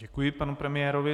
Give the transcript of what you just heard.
Děkuji panu premiérovi.